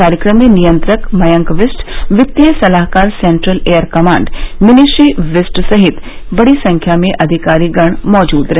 कार्यक्रम में नियंत्रक मयंक बिष्ट वित्तीय सलाहकार central air command Minishri Bisht सहित बड़ी संख्या में अधिकारीगण मौजूद रहे